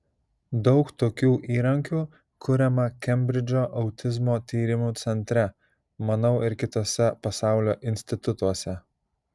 daug tokių įrankių kuriama kembridžo autizmo tyrimų centre manau ir kituose pasaulio institutuose